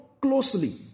closely